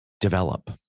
develop